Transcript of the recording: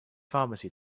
pharmacy